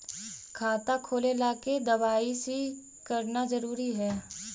खाता खोले ला के दवाई सी करना जरूरी है?